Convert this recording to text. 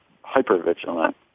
hyper-vigilant